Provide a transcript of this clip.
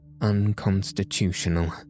unconstitutional